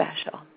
special